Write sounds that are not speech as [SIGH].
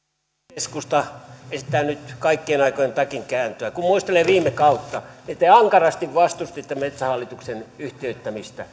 keskusta esittää nyt kaikkien aikojen takinkääntöä kun muistelen viime kautta niin te ankarasti vastustitte metsähallituksen yhtiöittämistä [UNINTELLIGIBLE]